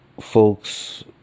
folks